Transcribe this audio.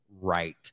right